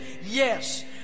yes